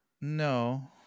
No